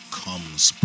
comes